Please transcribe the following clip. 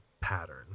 pattern